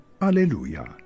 Alleluia